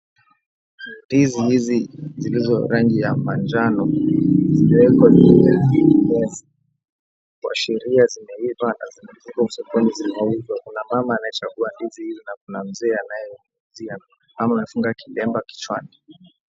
Ndizi hizi zilizo rangi ya manjano, zimewekwa juu ya meza. Kuashiria zimeiva na ziko sokoni zinauzwa. Kuna mama anayechagua ndizi hizi, na kuna mzee anyemuuzia. Mama amefunga kilemba kichwani.